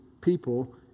people